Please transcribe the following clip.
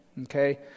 okay